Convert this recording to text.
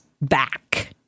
back